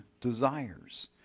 desires